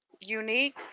unique